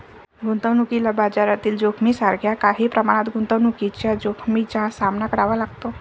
गुंतवणुकीला बाजारातील जोखमीसारख्या काही प्रमाणात गुंतवणुकीच्या जोखमीचा सामना करावा लागतो